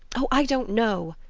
oh! i don't know.